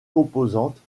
composantes